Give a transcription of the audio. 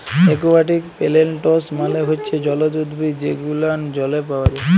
aquatic plants মালে হচ্যে জলজ উদ্ভিদ যে গুলান জলে পাওয়া যায়